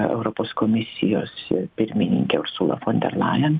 europos komisijos pirmininke ursula fon der laen